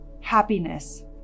happiness